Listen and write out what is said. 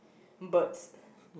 birds